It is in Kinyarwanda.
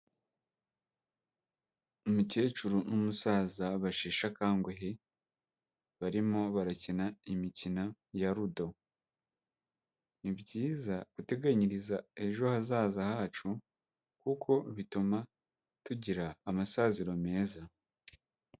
Umukecuru n'umusaza basheshe akanguhe, barimo barakina imikino ya rudo, ni byiza guteganyiriza ejo hazaza hacu kuko bituma tugira amasaziro meza.